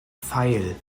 pfeil